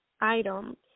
item